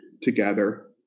together